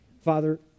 Father